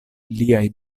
liaj